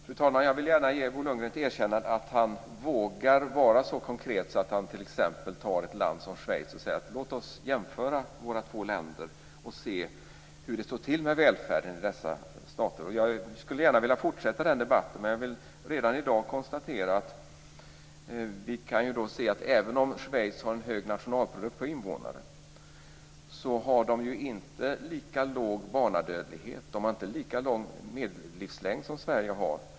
Fru talman! Jag vill gärna ge Bo Lundgren ett erkännande för att han vågar vara så konkret att han väljer ett land som Schweiz och säger: Låt oss jämföra dessa två länder och se hur det står till med välfärden i dessa stater. Jag skulle gärna vilja fortsätta den debatten. Men jag vill redan i dag konstatera att även om Schweiz har en hög nationalprodukt per invånare har de inte lika låg barnadödlighet och inte lika lång medellivslängd som vi har i Sverige.